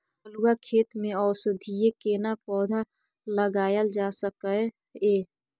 बलुआ खेत में औषधीय केना पौधा लगायल जा सकै ये?